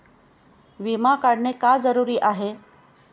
विमा काढणे का जरुरी आहे?